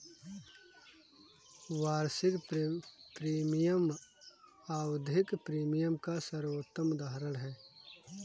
वार्षिक प्रीमियम आवधिक प्रीमियम का सर्वोत्तम उदहारण है